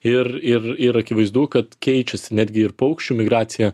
ir ir ir akivaizdu kad keičiasi netgi ir paukščių migracija